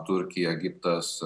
turkija egiptas